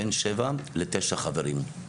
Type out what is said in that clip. בין שבעה לתשעה חברים,